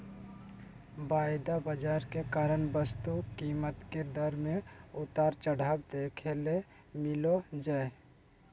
वायदा बाजार के कारण वस्तु कीमत के दर मे उतार चढ़ाव देखे ले मिलो जय